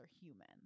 human